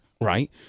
Right